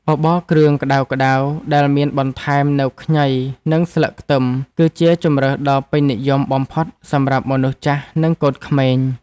បបរគ្រឿងក្ដៅៗដែលមានបន្ថែមនូវខ្ញីនិងស្លឹកខ្ទឹម គឺជាជម្រើសដ៏ពេញនិយមបំផុតសម្រាប់មនុស្សចាស់និងកូនក្មេង។